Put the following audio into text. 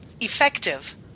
effective